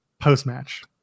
post-match